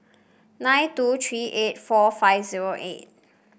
nine two three eight four five zero eight